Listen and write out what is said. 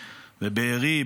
בבארי,